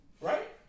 right